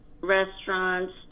restaurants